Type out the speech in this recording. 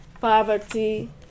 poverty